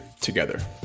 together